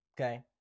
Okay